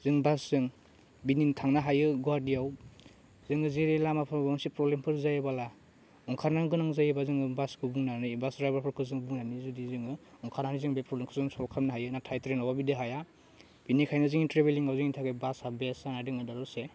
जों बासजों बिदिनो थांनो हायो गुवाटियाव जोङो जेरै लामाफोराव माबा मोनसे प्रब्लेमफोर जायोबोला ओंखारनो गोनां जायोबा जोङो बासखौ बुंनानै बास ड्राइभारफोरखौ जों बुंनानै जुदि जोङो ओंखारनानै जों बे प्रब्लेमखौ जों सल्भ खालामनो हायो नाथाय ट्रेनावबा बिदि हाया बिनिखायनो जोंनि ट्रिभिलिङाव जोंनि थाखाय बास आ बेस्ट जानानै दङो दा दसे